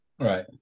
right